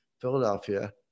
Philadelphia